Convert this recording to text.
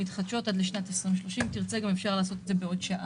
המתחדשות עד לשנת 2030. אם תרצה אפשר לעשות את זה גם בעוד שעה.